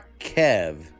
Kev